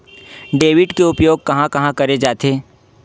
Debit के उपयोग कहां कहा करे जाथे?